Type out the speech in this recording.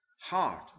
heart